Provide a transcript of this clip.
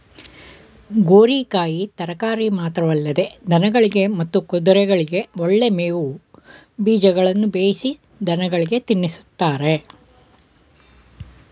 ಗೋರಿಕಾಯಿ ತರಕಾರಿ ಮಾತ್ರವಲ್ಲದೆ ದನಗಳಿಗೆ ಮತ್ತು ಕುದುರೆಗಳಿಗೆ ಒಳ್ಳೆ ಮೇವು ಬೀಜಗಳನ್ನು ಬೇಯಿಸಿ ದನಗಳಿಗೆ ತಿನ್ನಿಸ್ತಾರೆ